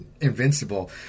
invincible